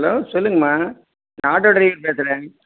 hello சொல்லுங்கமா நான் auto driver பேசுகிறேன்